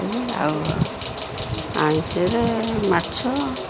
ଆଉ ଆମିଷରେ ମାଛ